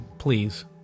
please